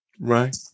Right